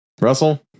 Russell